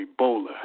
Ebola